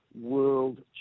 world